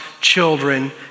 children